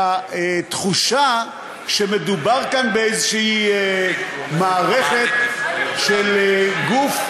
התחושה היא שמדובר כאן באיזושהי מערכת של גוף,